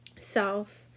self